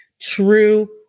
true